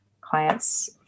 clients